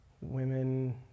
women